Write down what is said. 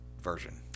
version